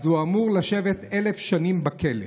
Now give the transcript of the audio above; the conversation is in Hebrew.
אז הוא אמור לשבת 1,000 שנים בכלא.